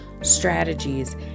strategies